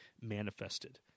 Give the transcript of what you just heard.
manifested